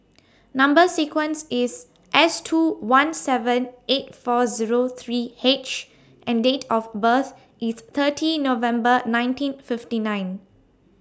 Number sequence IS S two one seven eight four Zero three H and Date of birth IS thirty November nineteen fifty nine